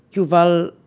yuval,